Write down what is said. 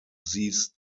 these